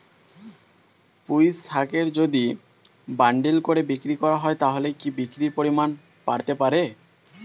পুঁইশাকের যদি বান্ডিল করে বিক্রি করা হয় তাহলে কি বিক্রির পরিমাণ বাড়তে পারে?